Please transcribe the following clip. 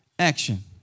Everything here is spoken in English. action